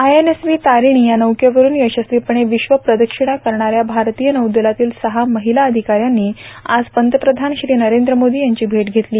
INSV Tarini या नौकेवरून यशस्वीपणे विश्व प्रदक्षिणा करणाऱ्या भारतीय नौदलातील सहा महिला अधिकाऱ्यांनी आज पंतप्रधान श्री नरेंद्र मोदी यांची भेट घेतली